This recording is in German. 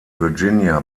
virginia